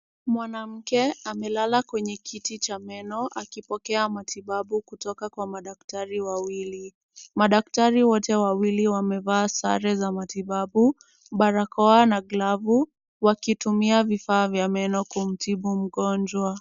Mwanamke amelala kwenye kiti cha meno akipokea matibabu kutoka kwa madaktari wawili. Madaktari wote wawili wamevaa sare za matibabu, barakoa na glavu, wakitumia vifaa vya meno kumtibu mgonjwa.